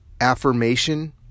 affirmation